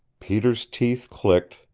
peter's teeth clicked,